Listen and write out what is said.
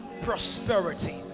prosperity